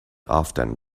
often